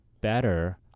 better